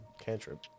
cantrip